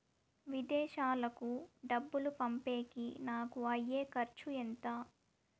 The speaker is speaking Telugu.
విదేశాలకు డబ్బులు పంపేకి నాకు అయ్యే ఖర్చు ఎంత?